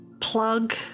plug